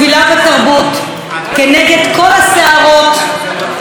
נגד כל הסערות שמסביב.